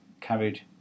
carried